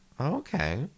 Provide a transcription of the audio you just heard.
okay